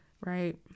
Right